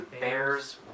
Bears